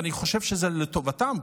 ואני חושב שזה לטובתן,